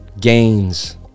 gains